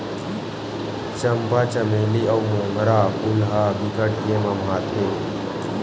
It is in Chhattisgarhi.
चंपा, चमेली अउ मोंगरा फूल ह बिकट के ममहाथे